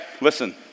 listen